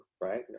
right